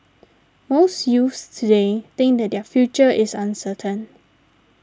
most youths today think that their future is uncertain